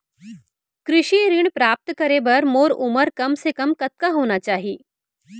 कृषि ऋण प्राप्त करे बर मोर उमर कम से कम कतका होना चाहि?